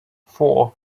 four